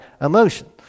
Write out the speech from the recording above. emotion